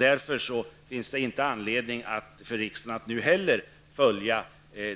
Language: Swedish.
Därför finns det inte heller nu anledning för riksdagen att följa